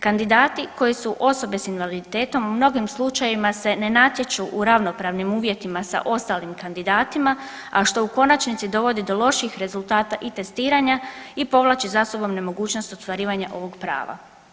Kandidati koji su osobe sa invaliditetom u mnogim slučajevima se ne natječu u ravnopravnim uvjetima sa ostalim kandidatima, a što u konačnici dovodi do loših rezultata i testiranja i povlači za sobom nemogućnost ostvarivanja ovog prava.